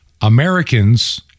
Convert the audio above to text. Americans